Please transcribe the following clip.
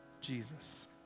Jesus